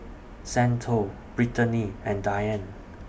Santo Brittany and Diane